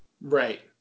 Right